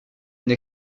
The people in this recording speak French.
une